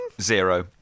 Zero